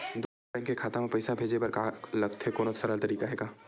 दूसरा बैंक के खाता मा पईसा भेजे बर का लगथे कोनो सरल तरीका हे का?